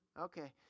Okay